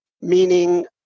meaning